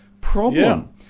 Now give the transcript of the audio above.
problem